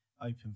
open